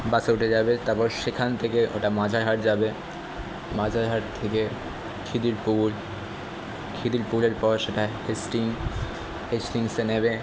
বাসে উঠে যাবে তারপর সেখান থেকে ওটা মাঝের হাট যাবে মাঝের হাট থেকে খিদিরপুর খিদিরপুরের পর সেটা হেস্টিংস হেস্টিংসে নেবে